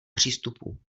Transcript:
přístupů